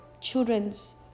children's